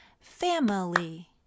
family